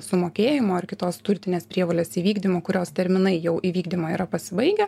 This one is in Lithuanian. sumokėjimo ar kitos turtinės prievolės įvykdymo kurios terminai jau įvykdymo yra pasibaigę